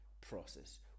process